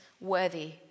worthy